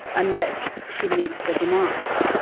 unless she meets the demands.